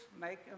make